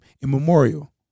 immemorial